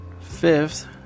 Fifth